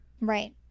right